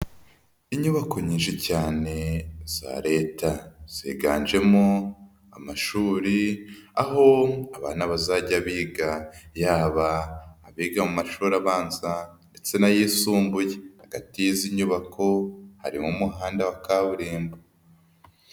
Inyubako nyinshi cyane za leta, ziganjemo amashuri, aho abana bazajya biga, yaba abiga mu mashuri abanza ndetse n'ayisumbuye, hagati y'izi nyubako, harimo umuhanda wa kaburimbo.